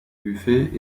buffet